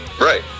Right